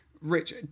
Rich